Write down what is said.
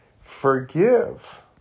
forgive